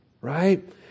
right